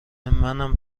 منم